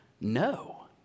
No